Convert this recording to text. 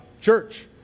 church